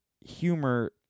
humor